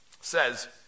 says